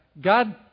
God